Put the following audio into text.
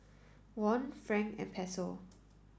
won franc and Peso